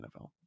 NFL